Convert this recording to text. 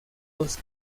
los